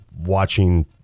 watching